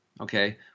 Okay